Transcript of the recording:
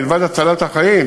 מלבד הצלת החיים,